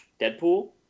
Deadpool